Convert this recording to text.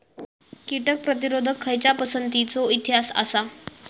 कीटक प्रतिरोधक खयच्या पसंतीचो इतिहास आसा?